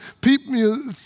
people